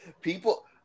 People